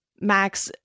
Max